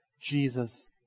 Jesus